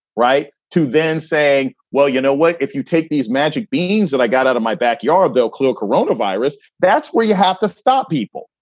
right. to then saying, well, you know what? if you take these magic beans that i got out of my back yard, they'll clear like rotavirus. that's where you have to stop people,